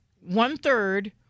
one-third